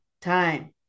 time